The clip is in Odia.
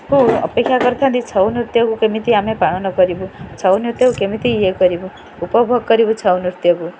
କୁ ଅପେକ୍ଷା କରିଥାନ୍ତି ଛଉ ନୃତ୍ୟକୁ କେମିତି ଆମେ ପାଳନ କରିବୁ ଛଉ ନୃତ୍ୟକୁ କେମିତି ଇଏ କରିବୁ ଉପଭୋଗ କରିବୁ ଛଉ ନୃତ୍ୟକୁ